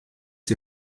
die